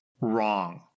Wrong